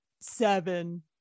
seven